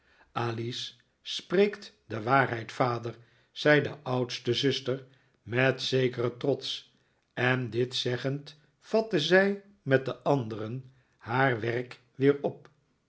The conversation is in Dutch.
alice spreekt de waarheid vader zei de oudste zuster met zekeren trots en dit zeggend vatte zij met de anderen haar werk weer op